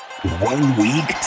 One-week